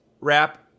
wrap